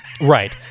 Right